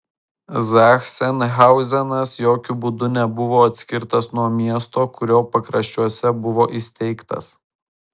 zachsenhauzenas jokiu būdu nebuvo atskirtas nuo miesto kurio pakraščiuose buvo įsteigtas